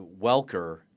Welker